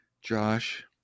Josh